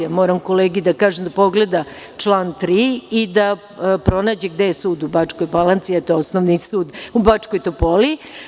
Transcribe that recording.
Moram kolegi da kažem da pogleda član 3. i da pronađe gde je sud u Bačkoj Palanci, a to je Osnovni sud u Bačkoj Topoli.